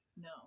no